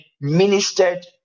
ministered